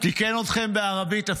תיקן אתכם בערבית.